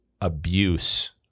abuse